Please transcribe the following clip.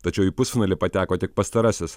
tačiau į pusfinalį pateko tik pastarasis